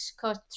cut